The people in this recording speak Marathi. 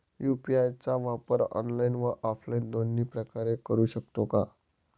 यू.पी.आय चा वापर ऑनलाईन व ऑफलाईन दोन्ही प्रकारे करु शकतो का?